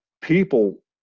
people